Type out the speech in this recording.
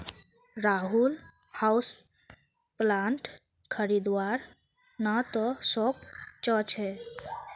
Rahul houseplant खरीदवार त न सो च छ